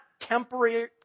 temporary